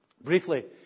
Briefly